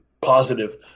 positive